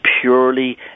purely